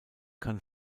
kann